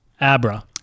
Abra